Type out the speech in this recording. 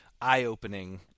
eye-opening